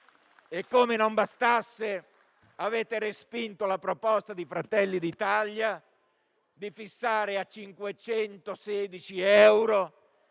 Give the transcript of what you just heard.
se non bastasse, avete respinto la proposta di Fratelli d'Italia di fissare la soglia